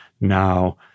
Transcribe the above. now